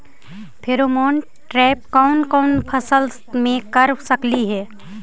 Pheromone trap कोन कोन फसल मे कर सकली हे?